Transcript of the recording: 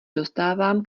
dostávám